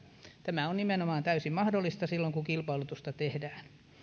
tämä on nimenomaan täysin mahdollista silloin kun kilpailutusta tehdään